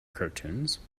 cartoons